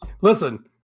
listen